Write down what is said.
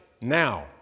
now